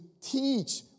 teach